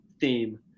theme